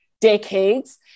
decades